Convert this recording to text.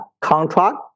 contract